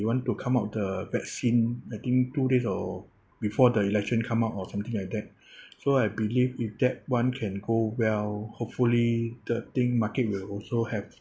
they want to come out with the vaccine I think two days or before the election come up or something like that so I believe if that [one] can go well hopefully the thing market will also have